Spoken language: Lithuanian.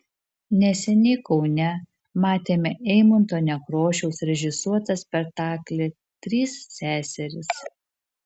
neseniai kaune matėme eimunto nekrošiaus režisuotą spektaklį trys seserys